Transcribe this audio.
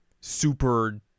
super